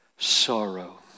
sorrow